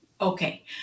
Okay